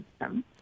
system